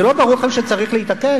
זה לא ברור לכם שצריך להתעקש?